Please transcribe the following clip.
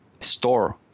store